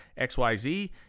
XYZ